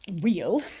real